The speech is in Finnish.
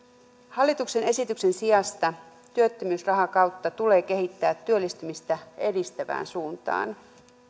hallituksen esityksen sijasta työttömyysrahakautta tulee kehittää työllistymistä edistävään suuntaan